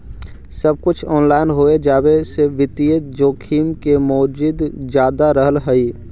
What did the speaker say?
सब कुछ ऑनलाइन हो जावे से वित्तीय जोखिम के मोके जादा रहअ हई